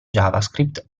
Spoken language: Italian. javascript